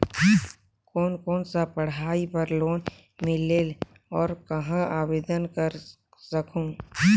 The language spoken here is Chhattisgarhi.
कोन कोन सा पढ़ाई बर लोन मिलेल और कहाँ आवेदन कर सकहुं?